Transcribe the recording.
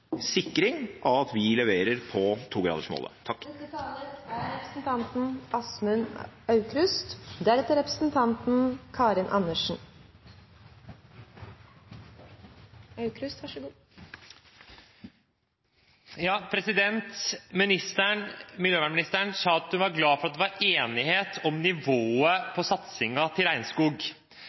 sikring av at vi leverer på 2-gradersmålet? Miljøvernministeren sa at hun var glad for at det var enighet om nivået på